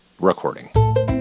recording